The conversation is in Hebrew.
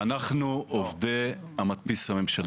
אנחנו עובדי המדפיס הממשלתי.